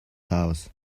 house